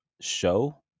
show